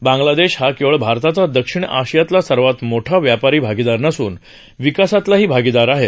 बांगलादेश हा केवळ भारताचा दक्षिण आशियातला सर्वात मोठा व्यापारी भागीदार नसून विकासातलाही भागीदार आहे